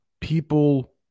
people